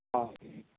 औ